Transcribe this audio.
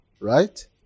right